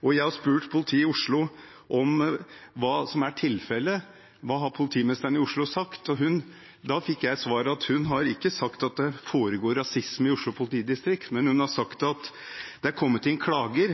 Jeg har spurt politiet i Oslo hva som er tilfellet, hva politimesteren i Oslo har sagt. Da fikk jeg til svar at hun ikke har sagt at det foregår rasisme i Oslo politidistrikt, men at hun har sagt at det er kommet inn klager